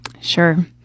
sure